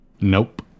nope